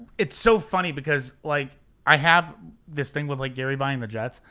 it's so funny because like i have this thing with like gary buying the jets.